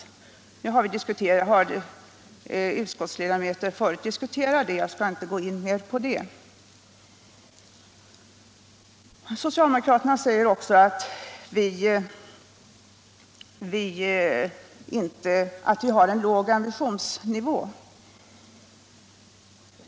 Detta har bemötts i debatten av representanter för civilutskottets majoritet och jag går inte vidare in på den frågan. Socialdemokraterna säger emellertid också att vi har en låg ambitionsnivå.